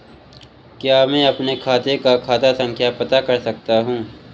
क्या मैं अपने खाते का खाता संख्या पता कर सकता हूँ?